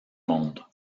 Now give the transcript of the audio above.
monde